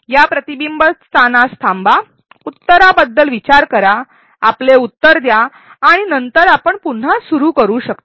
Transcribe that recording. या प्रतिबिंब स्थानास थांबा उत्तराबद्दल विचार करा आपले उत्तर द्या आणि नंतर आपण पुन्हा सुरू करू शकता